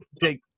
take